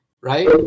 Right